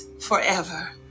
forever